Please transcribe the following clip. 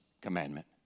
commandment